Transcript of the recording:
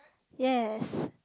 yes